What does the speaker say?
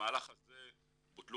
במהלך הזה בוטלו